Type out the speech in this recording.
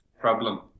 problem